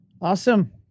awesome